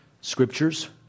scriptures